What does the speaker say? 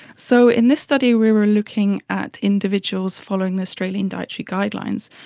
so in this study we were looking at individuals following the australian dietary guidelines.